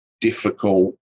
difficult